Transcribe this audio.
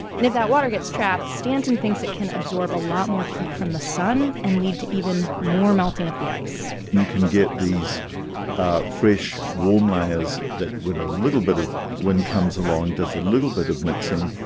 and if that water gets trapped, stanton thinks it can absorb a lot more heat from the sun and lead to even more melting of the ice you can get these ah fresh, warm ah layers that, when a little bit of wind comes along does a little bit of mixing,